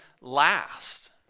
last